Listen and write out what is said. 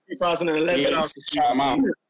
2011